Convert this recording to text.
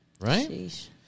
right